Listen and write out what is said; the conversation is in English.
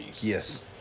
Yes